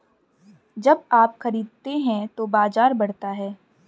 जब आप खरीदते हैं तो बाजार बढ़ता है